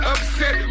Upset